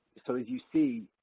so as you see,